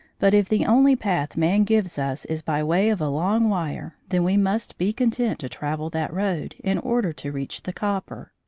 but if the only path man gives us is by way of a long wire, then we must be content to travel that road, in order to reach the copper.